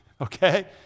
Okay